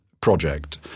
project